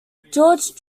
george